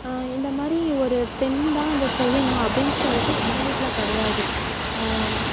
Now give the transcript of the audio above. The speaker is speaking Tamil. இந்தமாதிரி ஒரு பெண் தான் இதை செய்யணும் அப்படின்னு சொல்லிட்டு எங்கள் வீட்டில் கிடையாது